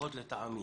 לפחות לטעמי.